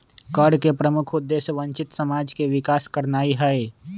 कर के प्रमुख उद्देश्य वंचित समाज के विकास करनाइ हइ